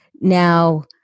Now